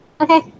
Okay